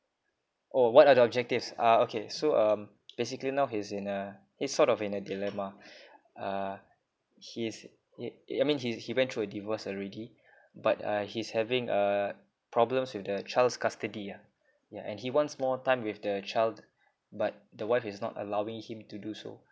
oh what are the objectives ah okay so um basically now he's in a he's sort of in a dilemma uh he's it it I mean he he went through a divorce already but uh he's having uh problems with the child's custody yeah yeah and he wants more time with the child but the wife is not allowing him to do